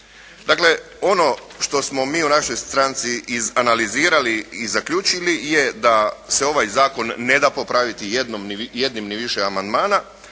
Dakle, ono što smo mi u našoj stranci izanalizirali i zaključili je da se ovaj Zakon ne da popraviti jednim ni više amandmana,